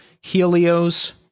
Helios